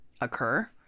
occur